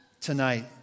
tonight